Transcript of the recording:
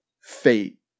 fate